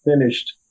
finished